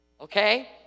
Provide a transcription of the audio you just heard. Okay